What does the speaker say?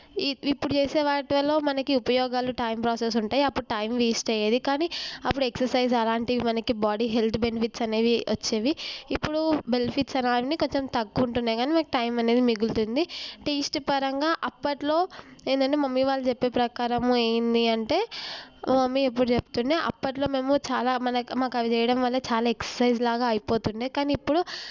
ఇ ఇప్పుడు చేసే వాటి వల్ల మనకి ఉపయోగాలు టైం ప్రాసెస్ ఉంటాయి అప్పుడు టైం వేస్ట్ అయ్యేది కానీ అప్పుడు ఎక్ససైజ్ అలాంటివి మనకి బాడీ హెల్త్ బెనిఫిట్స్ అనేవి వచ్చేవి ఇప్పుడు బెనిఫిట్స్ అనేవి కొంచెం తక్కువ ఉంటున్నాయి కానీ మనకు టైం అనేది మిగులుతుంది టేస్ట్ పరంగా అప్పట్లో ఏంటంటే మమ్మీ వాళ్ళు చెప్పే ప్రకారము ఏంటి అంటే మా మమ్మీ ఎప్పుడు చెప్తుండే అప్పట్లో మేము చాలా మన మాకు అవి చేయడం వల్ల చాలా ఎక్ససైజ్లాగా అయిపోతుండే కానీ ఇప్పుడు